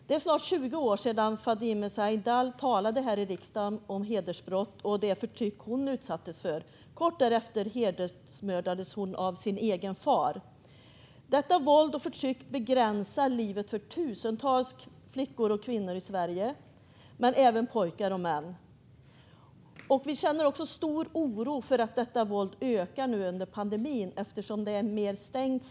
Det är snart 20 år sedan Fadime Sahindal talade här i riksdagen om hedersbrott och det förtryck hon utsattes för. Kort därefter hedersmördades hon av sin egen far. Detta våld och förtryck begränsar livet för tusentals flickor och kvinnor i Sverige, men det begränsar även pojkar och män. Vi känner också en stor oro för att detta våld ökar under pandemin, eftersom samhället är mer stängt.